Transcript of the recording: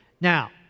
Now